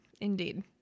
Indeed